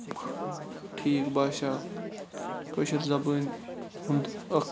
ٹھیٖک باسیٚو کٲشِر زَبٲنۍ ہُنٛد اَکھ